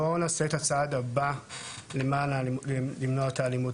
בואו נעשה את הצעד הבא למנוע את האלימות,